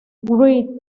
wright